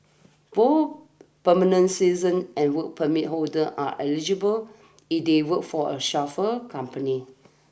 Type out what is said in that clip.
both permanent seasons and work permit holder are eligible if they work for a chauffeur company